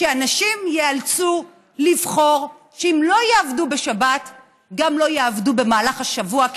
אנשים ייאלצו לבחור: אם לא יעבדו בשבת לא יעבדו גם במהלך השבוע,